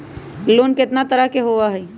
Loan केतना तरह के होअ हई?